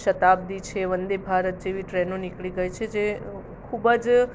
શતાબ્દી છે વંદે ભારત જેવી ટ્રેનો નીકળી ગઈ છે જે ખૂબ જ